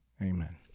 Amen